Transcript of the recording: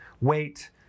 weight